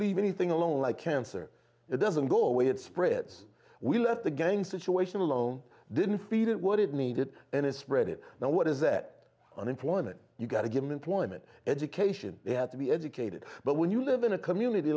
leave anything alone like cancer it doesn't go away it spreads we let the gangs situation alone didn't feed it what it needed and it spread it now what is that unemployment you've got to get employment education had to be educated but when you live in a community